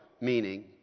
meaning